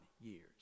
years